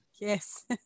Yes